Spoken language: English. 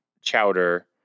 Chowder